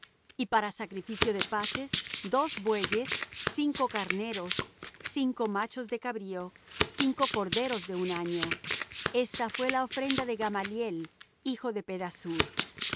y para sacrificio de paces dos bueyes cinco carneros cinco machos de cabrío cinco corderos de un año esta fué la ofrenda de gamaliel hijo de pedasur el